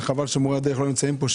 וחבל שמורי הדרך לא נמצאים פה,